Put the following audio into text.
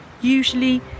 usually